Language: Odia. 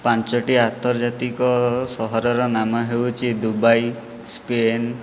ପାଞ୍ଚଟି ଆନ୍ତର୍ଜାତିକ ସହରର ନାମ ହେଉଛି ଦୁବାଇ ସ୍ପେନ୍